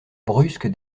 brusque